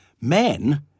men